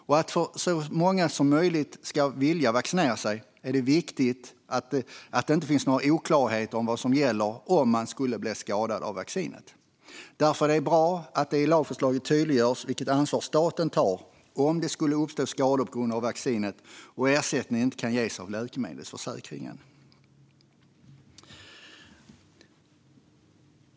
För att så många som möjligt ska vilja vaccinera sig är det viktigt att det inte finns några oklarheter om vad som gäller om man skulle bli skadad av vaccinet. Därför är det bra att det i lagförslaget tydliggörs vilket ansvar staten tar om det skulle uppstå skador på grund av vaccinet och ersättning inte kan ges av läkemedelsförsäkringen.